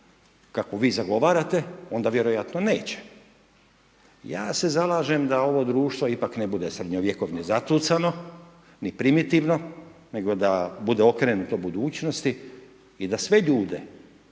kakvu vi zagovarate onda vjerojatno neće. Ja se zalažem da ovo društvo ipak ne bude srednjovjekovno i zatucano ni primitivno nego da bude okrenuto budućnosti i da sve ljude